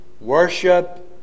worship